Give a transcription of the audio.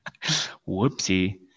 Whoopsie